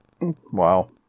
Wow